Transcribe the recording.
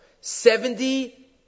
Seventy